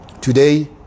Today